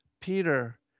Peter